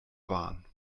waren